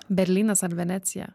berlynas ar venecija